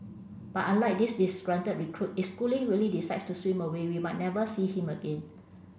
but unlike this disgruntled recruit it schooling really decides to swim away we might never see him again